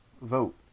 vote